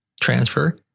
transfer